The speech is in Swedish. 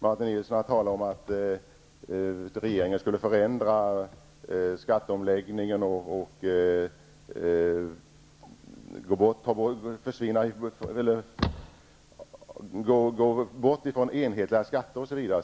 Martin Nilsson talar om att regeringen skulle förändra skatteomläggningen och frångå enhetliga skatter osv.